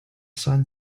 son